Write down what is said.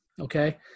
Okay